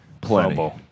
plenty